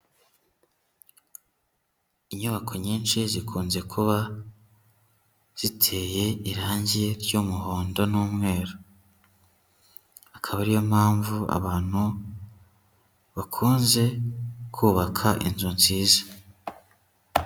Inyubako nyinshi zikunze kuba ziteye irangi ry'umuhondo n'umweru. Akaba ari yo mpamvu abantu bakunze kubaka inzu nziza.